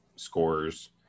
scores